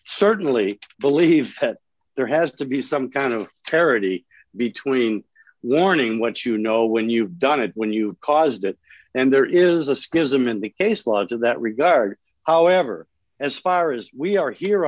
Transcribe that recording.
certainly believe that there has to be some kind of charity between warning what you know when you've done it when you caused it and there is a schism in the case lodge in that regard however as far as we are here